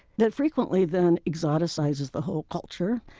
that frequently, then, exoticizes the whole culture.